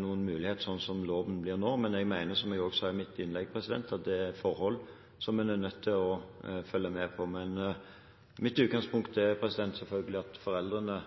noen mulighet slik loven blir nå, men jeg mener – som jeg også sa i mitt innlegg – at det er forhold som en er nødt til å følge med på. Men mitt utgangspunkt er selvfølgelig at foreldrene